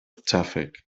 xàfec